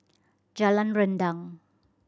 Jalan Rendang